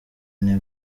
ine